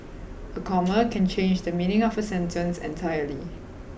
a comma can change the meaning of a sentence entirely